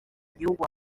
gihugu